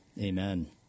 Amen